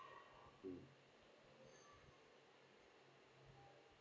mm